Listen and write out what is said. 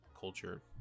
culture